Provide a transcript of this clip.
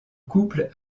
couple